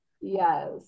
Yes